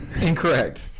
Incorrect